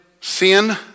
sin